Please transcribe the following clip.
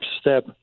step